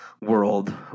world